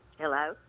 Hello